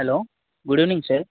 hello good evening sir